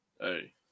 Hey